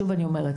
שוב אני אומרת,